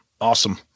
Awesome